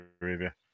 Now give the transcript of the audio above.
Arabia